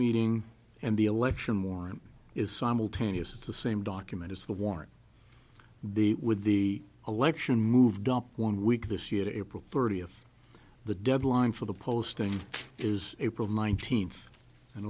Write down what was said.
meeting and the election warrant is simultaneous is the same document as the warrant be with the election moved up one week this year to april thirtieth the deadline for the posting is april nineteenth in